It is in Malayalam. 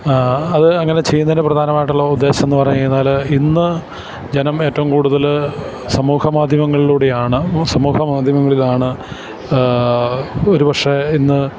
ആ അത് അങ്ങനെ ചെയ്യുന്നതിനു പ്രധാനമായിട്ടുള്ള ഉദ്ദേശ്യമെന്നു പറഞ്ഞുകഴിഞ്ഞാല് ഇന്നു ജനം ഏറ്റവും കൂടുതല് സമൂഹ മാധ്യമങ്ങളിലൂടെയാണ് സമൂഹ മാധ്യമങ്ങളിലാണ് ഒരു പക്ഷേ ഇന്ന്